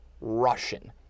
Russian